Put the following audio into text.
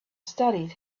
studied